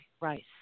Rice